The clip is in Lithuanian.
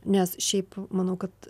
nes šiaip manau kad